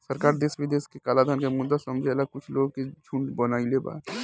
सरकार देश विदेश के कलाधन के मुद्दा समझेला कुछ लोग के झुंड बनईले बा